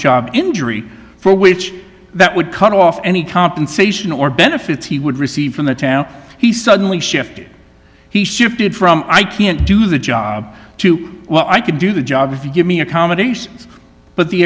job injury for which that would cut off any compensation or benefits he would receive from the town he suddenly shifted he shifted from i can't do the job to well i could do the job if you give me accommodations but the